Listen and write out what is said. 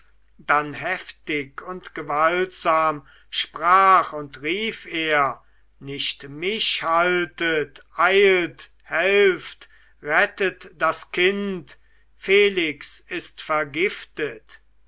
dann heftig und gewaltsam sprach und rief er nicht mich haltet eilt helft rettet das kind felix ist vergiftet